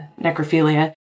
necrophilia